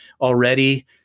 already